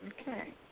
Okay